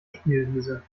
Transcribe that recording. spielwiese